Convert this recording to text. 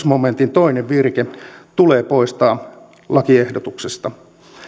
momentin toinen virke tulee poistaa lakiehdotuksesta